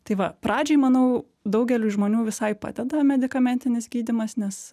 tai va pradžioj manau daugeliui žmonių visai padeda medikamentinis gydymas nes